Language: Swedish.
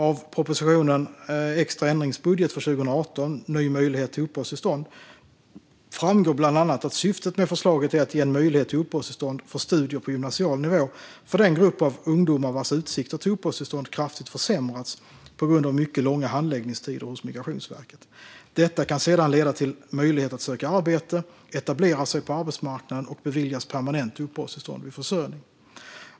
Av propositionen Extra ändringsbudget för 2018 - Ny möjlighet till uppehållstillstånd framgår bland annat att syftet med förslaget är att ge en möjlighet till uppehållstillstånd för studier på gymnasial nivå för den grupp ungdomar vars utsikter till uppehållstillstånd kraftigt försämrats på grund av mycket långa handläggningstider hos Migrationsverket. Detta kan sedan leda till möjlighet att söka arbete, etablera sig på arbetsmarknaden och beviljas permanent uppehållstillstånd vid försörjning.